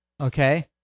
Okay